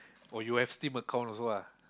oh you have Steam account also ah